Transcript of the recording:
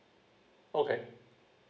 okay